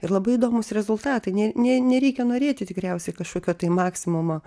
ir labai įdomūs rezultatai ne ne nereikia norėti tikriausiai kažkokio tai maksimumo